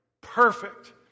Perfect